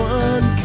one